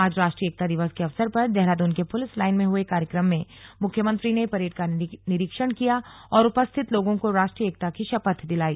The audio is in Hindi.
आज राष्ट्रीय एकता दिवस के अवसर पर देहरादून के पुलिस लाइन में हए कार्यक्रम में मुख्यमंत्री ने परेड का निरीक्षण किया और उपस्थित लोगों को राष्ट्रीय एकता की शपथ दिलाई